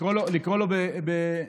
לקרוא לו, לא.